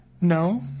No